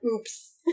oops